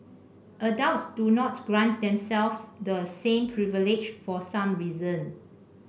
adults do not grant themselves the same privilege for some reason